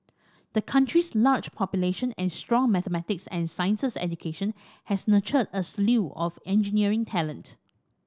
the country's large population and strong mathematics and sciences education has nurtured a slew of engineering talent